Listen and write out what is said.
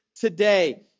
today